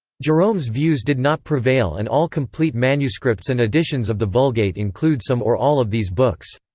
jerome's views did not prevail and all complete manuscripts and editions of the vulgate include some or all of these books.